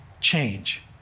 change